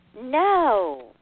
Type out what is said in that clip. No